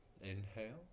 inhale